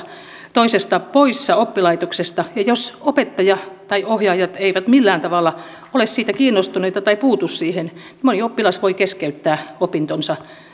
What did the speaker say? toisesta poissa oppilaitoksesta ja jos opettaja tai ohjaajat eivät millään tavalla ole siitä kiinnostuneita tai puutu siihen niin moni oppilas voi keskeyttää opintonsa